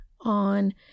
on